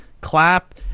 clap